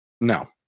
No